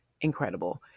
incredible